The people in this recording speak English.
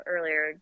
earlier